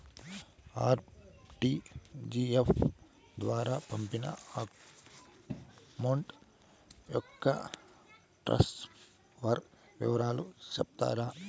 RTGS ద్వారా పంపిన amount యొక్క ట్రాన్స్ఫర్ వివరాలు సెప్తారా